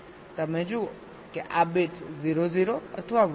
તમે જુઓ કે આ બિટ્સ 0 0 અથવા 1 1 છે